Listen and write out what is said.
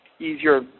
easier